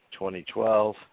2012